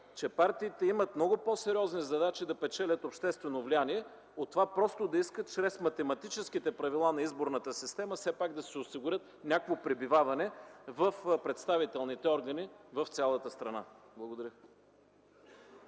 че партиите имат много по-сериозни задачи да печелят обществено влияние от това просто да искат чрез математическите правила на изборната система да си осигурят някакво пребиваване в представителните органи в цялата страна. Благодаря.